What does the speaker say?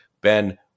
Ben